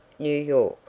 new york.